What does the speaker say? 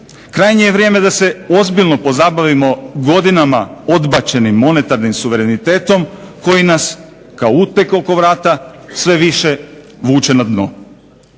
krajnje je vrijeme da se ozbiljno pozabavimo godinama odbačenim monetarnim suverenitetom koji nas kao uteg oko vrata sve više vuče na dno.